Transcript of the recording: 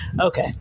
okay